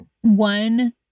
One